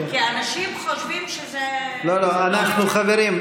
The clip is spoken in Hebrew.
כי אנשים חושבים, חברים,